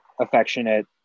affectionate